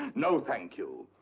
no, thank you.